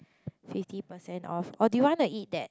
fifty percent off or do you want to eat that